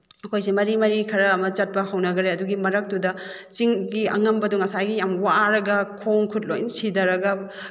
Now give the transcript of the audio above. ꯑꯩꯈꯣꯏꯁꯦ ꯃꯔꯤ ꯃꯔꯤ ꯈꯔ ꯑꯃ ꯆꯠꯄ ꯍꯧꯅꯈ꯭ꯔꯦ ꯑꯗꯨꯒꯤ ꯃꯔꯛꯇꯨꯗ ꯆꯤꯡꯒꯤ ꯑꯉꯝꯕꯗꯣ ꯉꯁꯥꯏꯒꯤ ꯌꯥꯝ ꯋꯥꯔꯒ ꯈꯣꯡ ꯈꯨꯠ ꯂꯣꯏ ꯁꯤꯊꯔꯒ